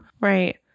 Right